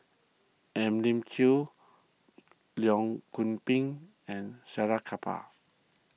Elim Chew Leong Goon Pin and Salleh Kapar